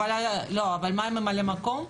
אבל מה עם הממלא מקום?